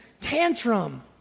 tantrum